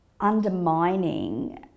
undermining